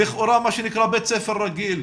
כשלכאורה בית ספר רגיל,